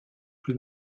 plus